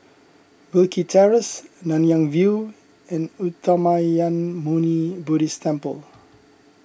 Wilkie Terrace Nanyang View and Uttamayanmuni Buddhist Temple